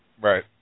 Right